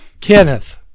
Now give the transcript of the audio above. Kenneth